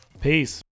Peace